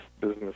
business